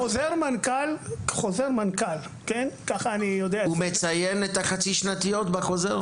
חוזר המנכ"ל --- הוא מציין את החצי-שנתיות בחוזר?